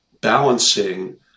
balancing